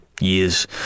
years